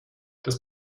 das